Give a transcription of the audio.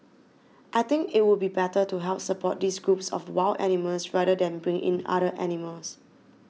I think it would be better to help support these groups of wild animals rather than bring in other animals